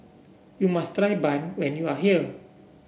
you must try bun when you are here